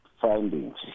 findings